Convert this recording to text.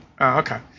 Okay